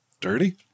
dirty